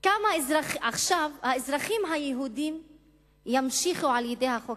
עכשיו האזרחים היהודים ימשיכו על-ידי החוק